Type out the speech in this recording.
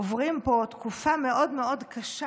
עוברים פה, תקופה מאוד קשה,